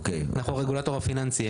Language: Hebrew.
אנחנו הרגולטור הפיננסי.